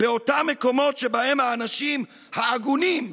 באותם המקומות שבהם האנשים ההגונים,